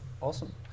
Awesome